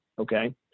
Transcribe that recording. okay